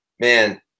Man